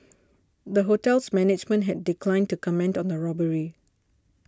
the hotel's management has declined to comment on the robbery